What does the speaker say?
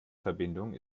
verbindung